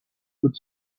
would